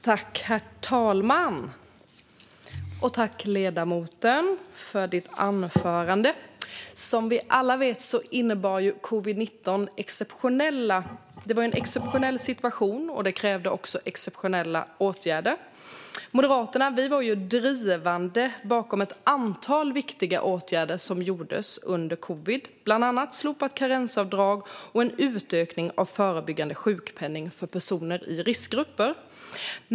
Herr talman! Jag tackar ledamoten för hennes anförande. Som alla vet innebar covid-19 en exceptionell situation som också krävde exceptionella åtgärder. Vi i Moderaterna var drivande bakom ett antal viktiga åtgärder som vidtogs under covid, bland annat slopat karensavdrag och en utökning av förebyggande sjukpenning för personer i riskgrupper.